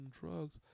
drugs